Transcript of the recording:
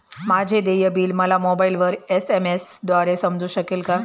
माझे देय बिल मला मोबाइलवर एस.एम.एस द्वारे समजू शकेल का?